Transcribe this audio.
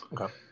okay